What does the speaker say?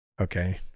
okay